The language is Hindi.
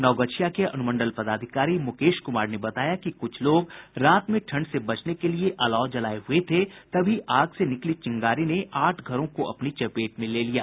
नवगछिया के अनुमंडल पदाधिकारी मुकेश कुमार ने बताया कि कुछ लोग रात में ठंड से बचने के लिए अलाव जलाये हुए थे तभी आग से निकली चिंगारी ने आठ घरों को अपनी चपेट में ले लिया